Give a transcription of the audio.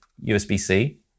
USB-C